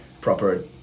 proper